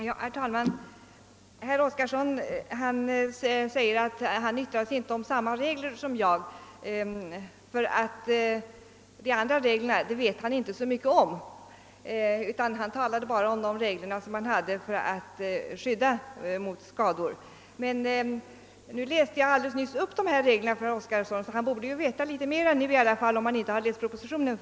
Herr talman! Herr Oskarson säger att han inte yttrar sig om samma regler som jag; de reglerna vet man inte så mycket om. Han talade bara om de regler som finns för att skydda mot skador. Jag läste nyss upp några regler för herr Oskarson; han borde således veta litet mer nu, även om han inte har läst propositionen.